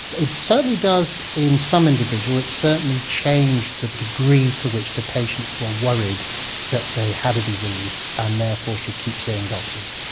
it certainly does in some individuals, it certainly changed the degree to which the patients were worried that they had a disease and therefore should keep seeing doctors.